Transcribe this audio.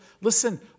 Listen